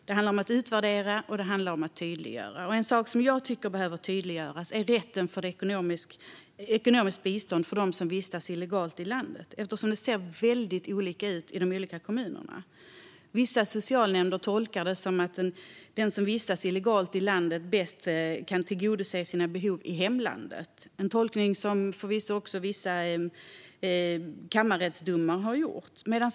Det handlar om att utvärdera och om att tydliggöra, och en sak jag tycker behöver tydliggöras är rätten till ekonomiskt bistånd för den som vistas illegalt i landet. Det ser nämligen väldigt olika ut i de olika kommunerna. Vissa socialnämnder tolkar det som att den som vistas illegalt i landet bäst kan tillgodose sina behov i hemlandet - en tolkning som förvisso slagits fast även i vissa kammarrättsdomar.